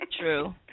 True